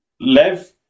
Lev